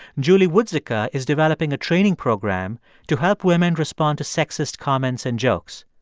julie woodzicka is developing a training program to help women respond to sexist comments and jokes.